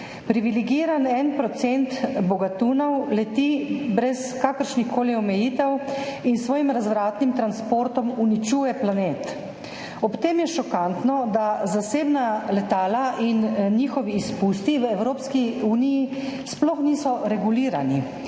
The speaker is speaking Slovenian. Privilegiran 1 % bogatunov leti brez kakršnihkoli omejitev in s svojim razvratnim transportom uničuje planet. Ob tem je šokantno, da zasebna letala in njihovi izpusti v Evropski uniji sploh niso regulirani,